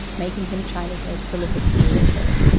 making him china's most prolific serial killer.